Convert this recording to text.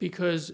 does